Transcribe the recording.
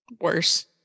worse